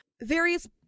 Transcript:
various